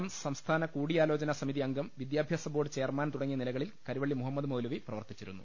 M സംസ്ഥാന കൂടിയാലോചന സമിതിയംഗം വിദ്യാഭ്യാസ ബോർഡ് ചെയർമാൻ തുടങ്ങിയ നിലകളിൽ കരുവളളി മുഹമ്മദ് മൌലവി പ്രവർത്തിച്ചിരുന്നു